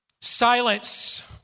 Silence